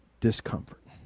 discomfort